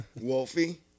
Wolfie